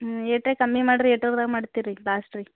ಹ್ಞೂ ಎಷ್ಟೇ ಕಮ್ಮಿ ಮಾಡಿರಿ ಎಷ್ಟದ್ರಾಗ್ ಮಾಡ್ತೀರ ರೀ ಲಾಸ್ಟ್ ರೀ